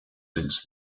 since